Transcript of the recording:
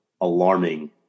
alarming